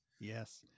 yes